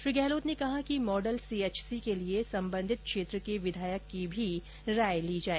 श्री गहलोत ने कहा कि मॉडल सीएचसी के लिए सम्बन्धित क्षेत्र के विधायक की भी राय ली जाए